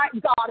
God